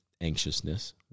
anxiousness